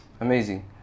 Amazing